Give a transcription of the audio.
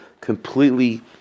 completely